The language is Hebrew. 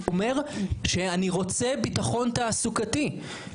אומר ׳אני רוצה בטחון תעסוקתי׳.